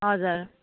हजुर